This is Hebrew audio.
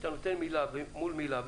שאתה נותן מלה מול מלה,